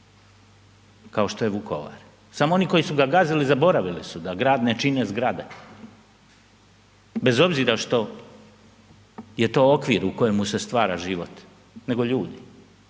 kao što je Vukovar, samo oni koji su ga gazili zaboravili su da grad ne čine zgrade bez obzira što je to okvir u kojemu se stvara život, nego ljudi,